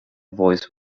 voice